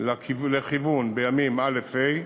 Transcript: לכיוון בימים א' ה'.